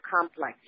complex